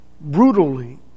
brutally